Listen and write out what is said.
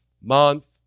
month